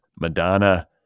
Madonna